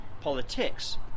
politics